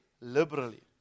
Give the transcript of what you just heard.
liberally